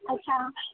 अच्छा